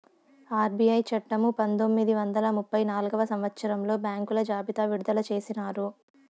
RBI చట్టము పంతొమ్మిది వందల ముప్పై నాల్గవ సంవచ్చరంలో బ్యాంకుల జాబితా విడుదల చేసినారు